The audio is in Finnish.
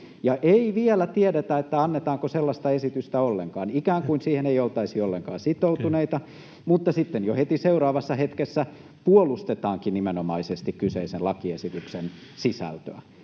ei vielä tiedetä, annetaanko sellaista esitystä ollenkaan, ikään kuin siihen ei oltaisi ollenkaan sitoutuneita, mutta sitten jo heti seuraavassa hetkessä puolustetaankin nimenomaisesti kyseisen lakiesityksen sisältöä